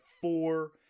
four